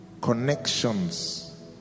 connections